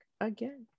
again